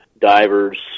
divers